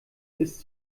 ist